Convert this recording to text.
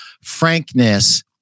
frankness